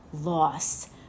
lost